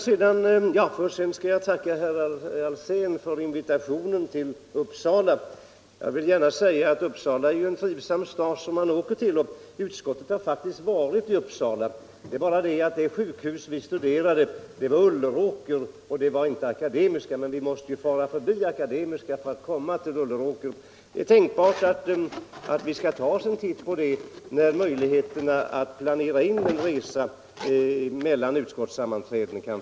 Sedan skall jag tacka herr Alsén för invitationen till Uppsala. Uppsala är en trivsam stad, som man gärna reser till. Utskottet har faktiskt besökt Uppsala, men då studerade vi Ulleråkers sjukhus och inte Akademiska sjukhuset. Men vi måste ju fara förbi Akademiska sjukhuset för att komma till Ulleråkers sjukus, och det är tänkbart att vi kan ta en titt på Akademiska sjukhuset när det finns möjligheter att planera in en resa mellan utskottssammanträdena.